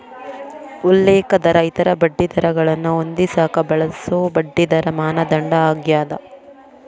ಉಲ್ಲೇಖ ದರ ಇತರ ಬಡ್ಡಿದರಗಳನ್ನ ಹೊಂದಿಸಕ ಬಳಸೊ ಬಡ್ಡಿದರ ಮಾನದಂಡ ಆಗ್ಯಾದ